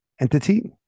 entity